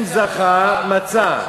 אם זכה, מצא.